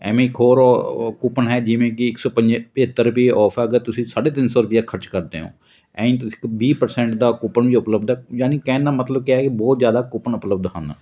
ਐਵੇਂ ਹੀ ਇੱਕ ਹੋਰ ਓ ਓ ਕੂਪਨ ਹੈ ਜਿਵੇਂ ਕਿ ਇੱਕ ਸੌ ਪੰਜਾ ਪਚੱਤਰ ਰੁਪਏ ਔਫ ਹੈ ਅਗਰ ਤੁਸੀਂ ਸਾਢੇ ਤਿੰਨ ਸੌ ਰੁਪਈਆ ਖਰਚ ਕਰਦੇ ਹੋ ਐਂਈ ਤੁਸੀਂ ਇੱਕ ਵੀਹ ਪ੍ਰਸੈਂਟ ਦਾ ਕੂਪਨ ਵੀ ਉਪਲਬਧ ਹੈ ਯਾਨੀ ਕਹਿਣ ਦਾ ਮਤਲਬ ਕਿਆ ਹੈ ਕਿ ਬਹੁਤ ਜ਼ਿਆਦਾ ਕੂਪਨ ਉਪਲਬਧ ਹਨ